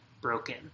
broken